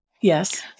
Yes